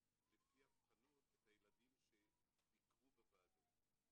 לפי אבחנות את הילדים שביקרו בוועדות.